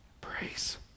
Praise